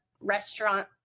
restaurant